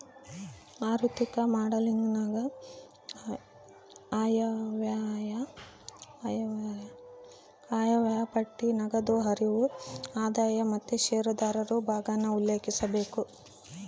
ಆಋಥಿಕ ಮಾಡೆಲಿಂಗನಾಗ ಆಯವ್ಯಯ ಪಟ್ಟಿ, ನಗದು ಹರಿವು, ಆದಾಯ ಮತ್ತೆ ಷೇರುದಾರರು ಭಾಗಾನ ಉಲ್ಲೇಖಿಸಬೇಕು